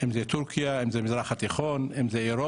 אם זו תורכיה, אם זה מזרח התיכון, אם זה אירופה.